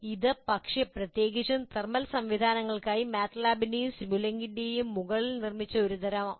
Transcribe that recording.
ഇത് പക്ഷേ പ്രത്യേകിച്ചും തെർമൽ സംവിധാനങ്ങൾക്കായി മാറ്റ്ലാബിന്റെയും സിമുലിങ്കിന്റെയും മുകളിൽ നിർമ്മിച്ച ഒരു തരം ആണ്